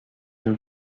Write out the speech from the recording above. and